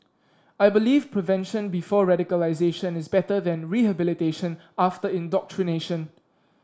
I believe prevention before radicalisation is better than rehabilitation after indoctrination